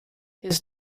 his